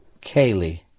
Kaylee